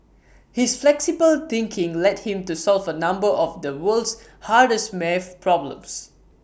his flexible thinking led him to solve A number of the world's hardest math problems